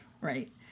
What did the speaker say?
Right